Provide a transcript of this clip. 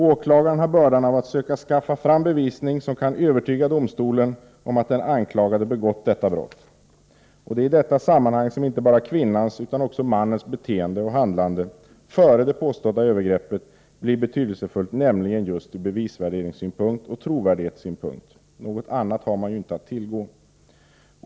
Åklagaren har bördan att söka skaffa fram bevis som kan övertyga domstolen om att den anklagade begått brottet. Det är i detta sammanhang som inte bara kvinnans utan också mannens beteende och handlande före det påstådda övergreppet blir betydelsefullt ur bevisvärderingssynpunkt och trovärdighetssynpunkt. Något annat har man inte att tillgå.